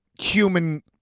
human